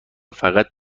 فقط